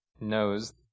knows